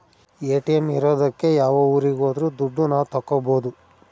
ATM ಇರೋದಕ್ಕೆ ಯಾವ ಊರಿಗೆ ಹೋದ್ರು ದುಡ್ಡು ನಾವ್ ತಕ್ಕೊಬೋದು